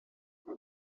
não